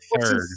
third